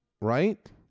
Right